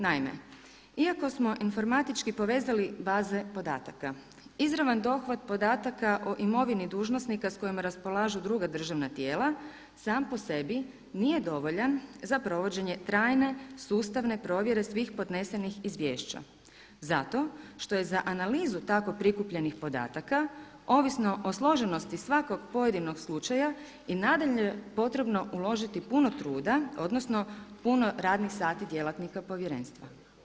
Naime, iako smo informatički povezali baze podataka, izravan dohvat podataka o imovini dužnosnika s kojima raspolažu druga državna tijela sam po sebi nije dovoljan za provođenje trajne, sustavne provjere svih podnesenih izvješća, zato što je za analizu tako prikupljenih podataka ovisno o složenosti svakoga pojedinog slučaja i nadalje je potrebno uložiti puno truda odnosno puno radnih sati djelatnika povjerenstva.